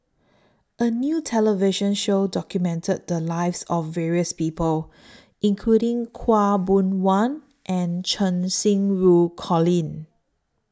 A New television Show documented The Lives of various People including Khaw Boon Wan and Cheng Xinru Colin